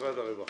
משרד הרווחה.